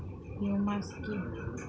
Humus কি?